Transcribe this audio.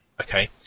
Okay